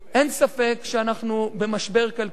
אין ספק שאנחנו במשבר כלכלי,